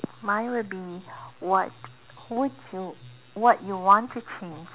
mine will be what would you what you want to change